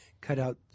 cutout